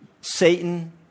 Satan